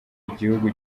igihugu